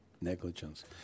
negligence